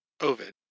Ovid